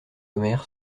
omer